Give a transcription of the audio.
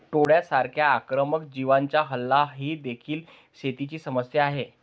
टोळांसारख्या आक्रमक जीवांचा हल्ला ही देखील शेतीची समस्या आहे